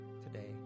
today